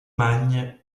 magne